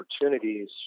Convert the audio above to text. opportunities